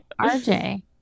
RJ